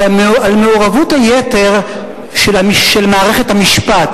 על מעורבות היתר של מערכת המשפט,